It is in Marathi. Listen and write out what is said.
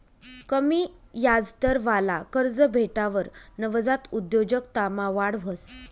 कमी याजदरवाला कर्ज भेटावर नवजात उद्योजकतामा वाढ व्हस